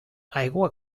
aigua